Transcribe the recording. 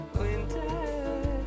winter